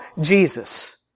Jesus